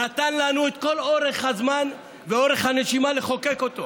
הוא נתן לנו את כל אורך הזמן ואורך הנשימה לחוקק אותו,